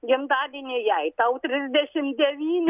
gimtadienį jei tau trisdešim devyni